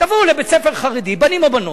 תבואו לבית-ספר חרדי, בנים ובנות,